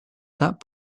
that